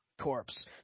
corpse